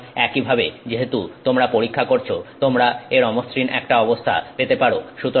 সুতরাং একইভাবে যেহেতু তোমরা পরীক্ষা করছো তোমরা এর অমসৃণ একটা অবস্থা পেতে পারো